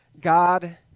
God